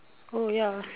oh ya